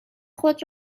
خود